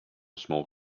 small